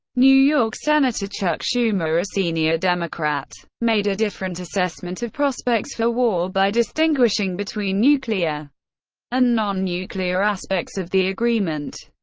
new york senator chuck schumer, a senior democrat, made a different assessment of prospects for war by distinguishing between nuclear and non-nuclear aspects of the agreement.